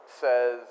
says